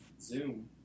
Zoom